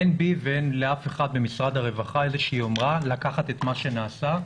אין בי ואין לאף אחד במשרד הרווחה איזושהי יומרה לקחת את מה שנעשה,